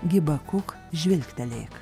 gibakuk žvilgtelėk